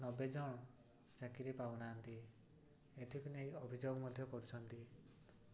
ନବେ ଜଣ ଚାକିରି ପାଉନାହାନ୍ତି ଏଥିପାଇଁ ଏଇ ଅଭିଯୋଗ ମଧ୍ୟ କରୁଛନ୍ତି